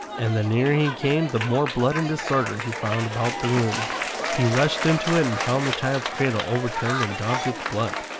and the nearer he came the more blood and disorder he found about the rooms. he rushed into it and found the child's cradle overturned and daubed with blood.